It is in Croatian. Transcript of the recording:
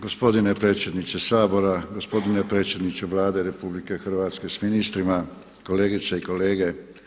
Gospodine predsjedniče Sabora, gospodine predsjedniče Vlade RH s ministrima, kolegice i kolege.